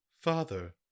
father